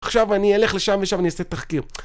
עכשיו אני אלך לשם ושם אני אעשה תחקיר.